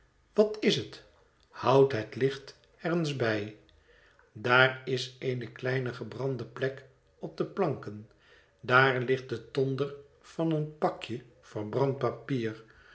wat is het houd het licht er eens bij daar is eene kleine gebrande plek op de planken daar ligt de tonder van een pakje verbrand papier